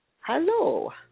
Hello